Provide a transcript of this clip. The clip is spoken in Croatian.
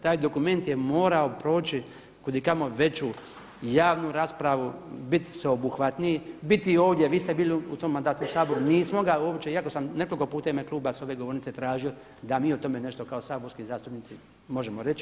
Taj dokument je morao proći kud i kamo veću javnu raspravu, biti sveobuhvatniji, biti i ovdje, vi ste bili u tom mandatu u Saboru, nismo ga uopće iako sam nekoliko puta u ime kluba s ove govornice tražio da mi o tome nešto kao saborski zastupnici možemo reći.